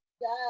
Yes